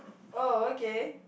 oh okay